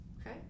Okay